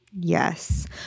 Yes